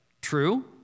True